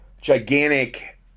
gigantic